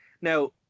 now